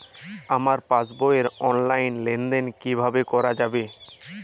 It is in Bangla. আমার পাসবই র অনলাইন লেনদেন কিভাবে করা যাবে?